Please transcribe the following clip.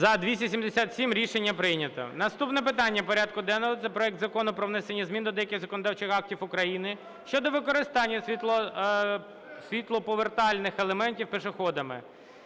За-277 Рішення прийнято. Наступне питання порядку денного – це проект Закону про внесення змін до деяких законодавчих актів України щодо використання світлоповертальних елементів пішоходами